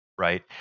right